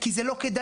כי זה לא כדאי.